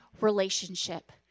relationship